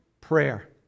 prayer